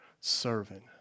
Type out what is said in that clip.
servant